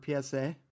PSA